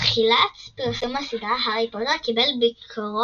בתחילת פרסום הסדרה, "הארי פוטר" קיבל ביקורות